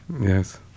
Yes